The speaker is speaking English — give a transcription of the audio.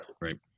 Right